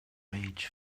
age